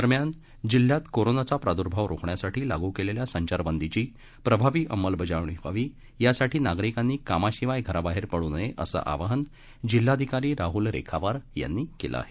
दरम्यान जिल्ह्यात कोरोनाचा प्राद्भाव रोखण्यासाठी लागू केलेल्या संचारबंदीची प्रभावी अंमलबजावणी व्हावी यासाठी नागरिकांनी कामाशिवाय घराबाहेर पडू नये असं आवाहन जिल्हाधिकारी राहूल रेखावार यांनी केलं आहे